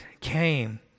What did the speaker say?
came